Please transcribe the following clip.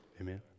Amen